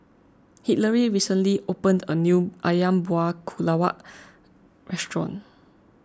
Hillary recently opened a new Ayam Buah Keluak Restaurant